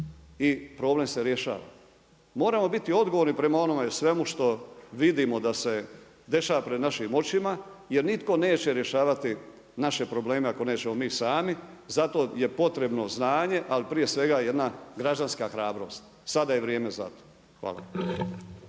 i problem se rješava. Moramo biti odgovorni prema onome svemu što vidimo da se dešava pred našim očima jer nitko neće rješavati naše probleme ako nećemo mi sami. Zato je potrebno znanje, ali prije svega jedna građanska hrabrost. Sada je vrijeme za to. Hvala.